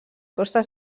costes